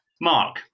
Mark